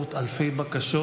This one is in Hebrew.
בעשרות אלפי בקשות,